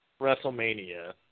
WrestleMania